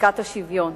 חקיקת השוויון.